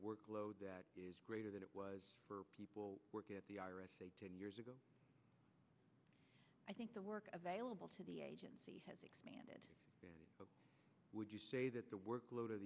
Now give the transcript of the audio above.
workload that is greater than it was for people working at the r s a ten years ago i think the work available to the agency has expanded would you say that the workload of